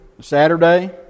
Saturday